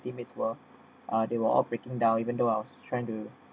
teammates were ah they were all breaking down even though I was trying to